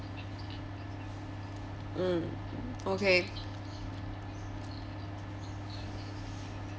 mm okay